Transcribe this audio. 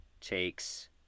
takes